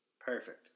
Perfect